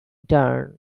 turn